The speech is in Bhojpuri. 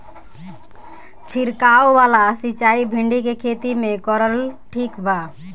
छीरकाव वाला सिचाई भिंडी के खेती मे करल ठीक बा?